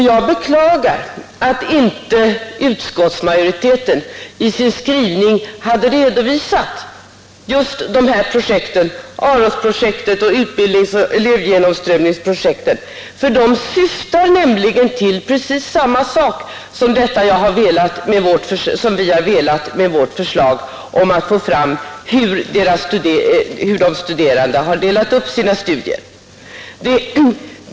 Jag beklagar att inte utskottsmajoriteten i sin skrivning hade redovisat just AROS-projektet och utbildningsoch elevgenomströmningsprojektet. De syftar nämligen till precis detsamma som vårt förslag om att få fram hur de studerande har delat upp sina studier.